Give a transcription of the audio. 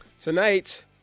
Tonight